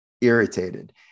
irritated